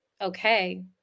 okay